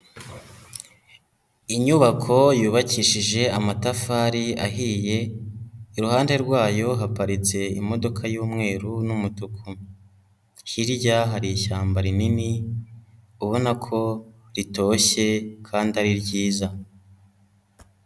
Inyubako yubakishije amatafari ahiye, iruhande rwayo haparitse imodoka y'umweru n'umutuku, hirya hari ishyamba rinini, ubona ko ritoshye kandi ari ryiza.